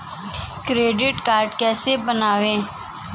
Credit card कैसे बनवाएँ?